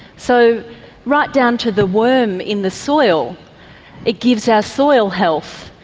so right down to the worm in the soil it gives our soil health,